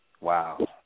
Wow